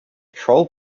troll